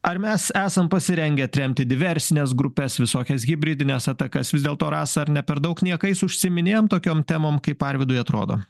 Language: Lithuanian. ar mes esam pasirengę atremti diversines grupes visokias hibridines atakas vis dėlto rasa ar ne per daug niekais užsiiminėjam tokiom temom kaip arvydui atrodo